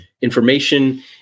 information